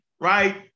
right